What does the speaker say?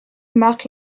marque